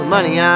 money